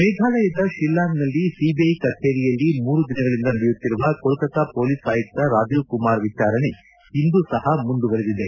ಮೇಫಾಲಯದ ಶಿಲ್ಲಾಂಗ್ನಲ್ಲಿ ಸಿಬಿಐ ಕಚೇರಿಯಲ್ಲಿ ಮೂರು ದಿನಗಳಿಂದ ನಡೆಯುತ್ತಿರುವ ಕೊಲ್ಲತ್ತಾ ಮೊಲೀಸ್ ಆಯುಕ್ತ ರಾಜೀವ್ಕುಮಾರ್ ವಿಚಾರಣೆ ಇಂದೂ ಸಪ ಮುಂದುವರಿದಿದೆ